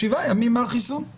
שבעה ימים מהחיסון,